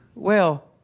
well,